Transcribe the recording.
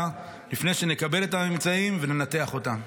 לפני שנקבל את הממצאים וננתח אותם,